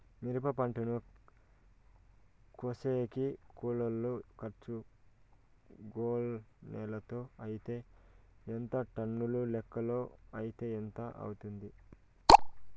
మిరప పంటను కోసేకి కూలోల్ల ఖర్చు గోనెలతో అయితే ఎంత టన్నుల లెక్కలో అయితే ఎంత అవుతుంది?